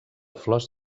flors